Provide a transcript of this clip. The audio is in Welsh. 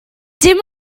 dim